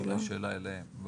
זה שאלה אליהם.